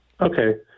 Okay